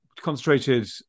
concentrated